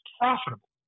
profitable